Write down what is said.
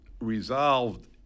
resolved